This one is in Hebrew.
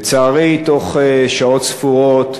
לצערי, תוך שעות ספורות